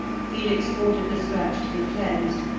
felix ordered the scratch to be cleansed,